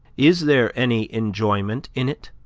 is there any enjoyment in it,